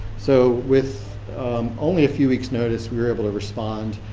so with only a few weeks notice we were able to respond.